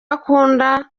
akunda